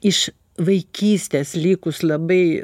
iš vaikystės likus labai